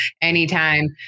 anytime